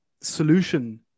solution